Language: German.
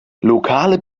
lokale